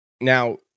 Now